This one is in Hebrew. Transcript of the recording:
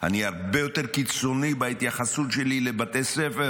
אני הרבה יותר קיצוני בהתייחסות שלי לבתי ספר